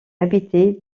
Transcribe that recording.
habité